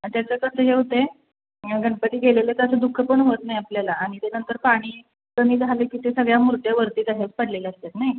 आणि त्याचं कसं हे होत आहे गणपती गेलेलं त्याचं दु ख पण होत नाही आपल्याला आणि ते नंतर पाणी कमी झालं की ते सगळ्या मूर्त्या वरती तशाच पडलेल्या असतात नाही